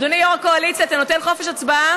אדוני יו"ר הקואליציה, אתה נותן חופש הצבעה?